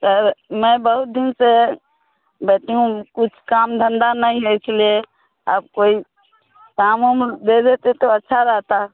sir मैं बहुत दिन से बैठी हूँ कुछ काम धंधा नहीं है इसलिए आप कोई काम उम दे देते तो अच्छा रहता